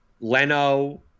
leno